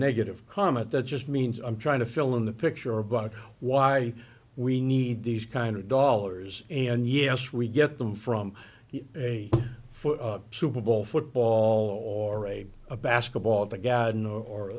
negative comment that just means i'm trying to fill in the picture about why we need these kind of dollars and yes we get them from a super bowl football or a basketball to gatton or